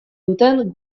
duten